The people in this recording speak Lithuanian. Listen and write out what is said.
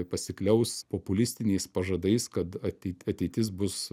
pasikliaus populistiniais pažadais kad at ateitis bus